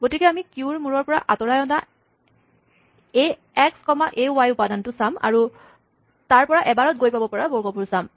গতিকে আমি কিউৰ মূৰৰ পৰা আতঁৰাই অনা a x comma a y উপাদানটো চাম আৰু তাৰ পৰা এবাৰত গৈ পাব পৰা বৰ্গবোৰ চাম